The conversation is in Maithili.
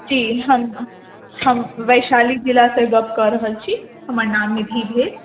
जी हम हम वैशाली जिलासँ गप कऽ रहल छी हमर नाम निधि भेल